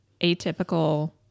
Atypical